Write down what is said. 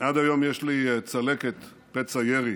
עד היום יש לי צלקת, פצע ירי,